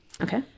Okay